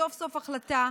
סוף-סוף החלטה,